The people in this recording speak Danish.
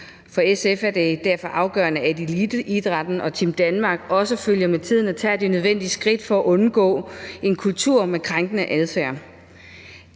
For SF er det derfor afgørende, at eliteidrætten og Team Danmark også følger med tiden og tager de nødvendige skridt for at undgå en kultur med krænkende adfærd.